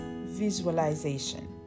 visualization